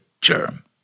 Germ